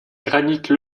granite